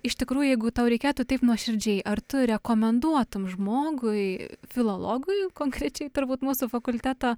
iš tikrų jeigu tau reikėtų taip nuoširdžiai ar tu rekomenduotum žmogui filologui konkrečiai turbūt mūsų fakulteto